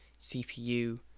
CPU